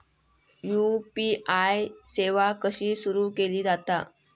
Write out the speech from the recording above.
UPI सेवा कशी सुरू केली जाता?